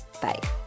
bye